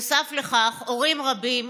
נוסף לכך, הורים רבים